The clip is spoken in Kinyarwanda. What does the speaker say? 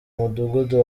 mudugudu